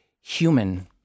human